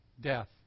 death